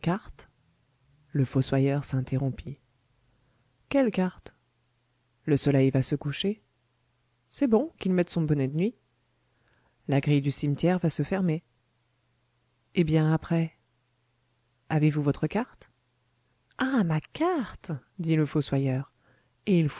le fossoyeur s'interrompit quelle carte le soleil va se coucher c'est bon qu'il mette son bonnet de nuit la grille du cimetière va se fermer eh bien après avez-vous votre carte ah ma carte dit le fossoyeur et